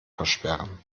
versperren